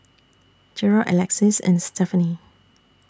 Gerold Alexys and Stefani